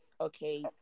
okay